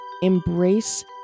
Embrace